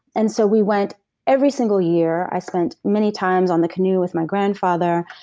and so we went every single year, i spent many times on the canoe with my grandfather,